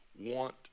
want